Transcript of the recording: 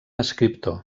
escriptor